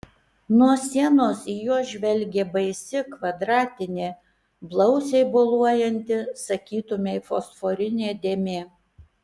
nuo sienos į juos žvelgė baisi kvadratinė blausiai boluojanti sakytumei fosforinė dėmė